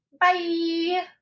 Bye